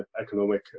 economic